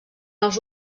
els